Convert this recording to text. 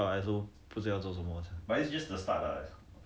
很 sian 了 hor like 每天在家里